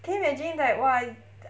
can you imagine like !wah!